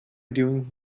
doing